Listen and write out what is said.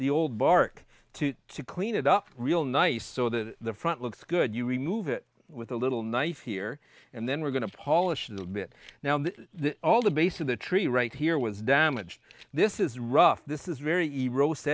the old bark to clean it up real nice so that the front looks good you remove it with a little knife here and then we're going to polish the bit now that all the base of the tree right here was damaged this is rough this is very easy roast